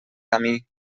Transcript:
camí